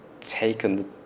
taken